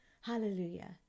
Hallelujah